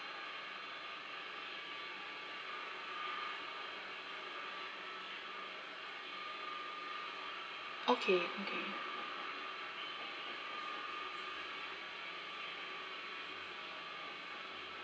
okay okay